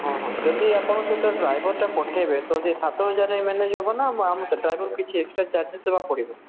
ହଁ ହଁ ଯଦି ଆପଣ ସହିତ ଡ୍ରାଇଭର୍ଟା ପଠେଇବେ ତ ସେଇ ସାତ ହଜାରରେ ମେନେଜ୍ ହେବ ନା ଆମକୁ ଡ୍ରାଇଭର୍କୁ କିଛି ଏକ୍ସଟ୍ରା ଚାର୍ଜେସ୍ ଦେବାକୁ ପଡ଼ିବ